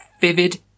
vivid